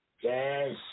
Yes